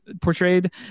portrayed